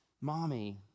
mommy